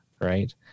Right